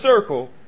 circle